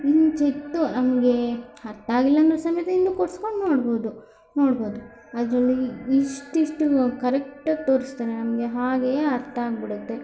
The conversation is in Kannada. ಕಿಂಚಿತ್ತು ನಮಗೆ ಅರ್ಥಾಗ್ಲಿಲ್ಲಂದ್ರೂ ಸಮೇತ ಹಿಂದಕ್ಕೋಡ್ಸ್ಕೊಂಡು ನೋಡ್ಬೋದು ನೋಡ್ಬೋದು ಅದರಲ್ಲಿ ಇಷ್ಟಿಷ್ಟು ಕರೆಕ್ಟಾಗಿ ತೋರಿಸ್ತಾರೆ ನಮಗೆ ಹಾಗೆಯೇ ಅರ್ಥ ಆಗಿಬಿಡುತ್ತೆ